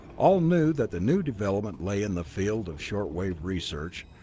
all knew that the new development lay in the field of short wave research,